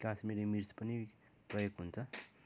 कासमिरी मिर्च पनि प्रयोग हुन्छ